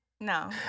No